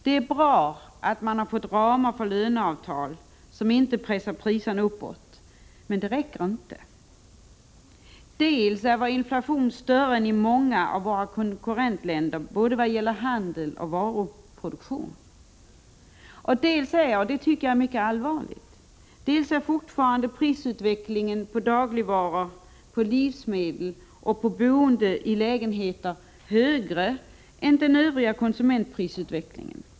Det är bra att man har fått ramar för löneavtal som inte pressar priserna uppåt, men det räcker inte. Dels är vår inflation högre än i många av våra konkurrentländer, både när det gäller handel och när det gäller varuproduktion, dels — vilket jag tycker är mycket allvarligt — är prisutvecklingen på dagligvaror, livsmedel och boende i lägenheter fortfarande snabbare än den övriga konsumentprisutvecklingen.